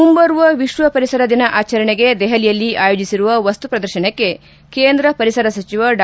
ಮುಂಬರುವ ವಿಶ್ವ ಪರಿಸರ ದಿನ ಆಚರಣೆಗೆ ದೆಪಲಿಯಲ್ಲಿ ಆಯೋಜಿಸಿರುವ ವಸ್ತು ಪ್ರದರ್ಶನಕ್ಕೆ ಕೇಂದ್ರ ಪರಿಸರ ಸಚಿವ ಡಾ